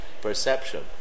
perception